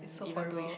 so horrible